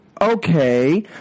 okay